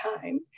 time